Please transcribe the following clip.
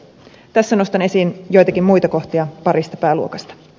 tässä nostan esiin joitakin muita kohtia parista pääluokasta